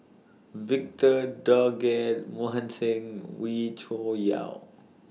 Victor Doggett Mohan Singh Wee Cho Yaw